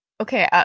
Okay